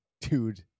Dude